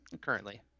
currently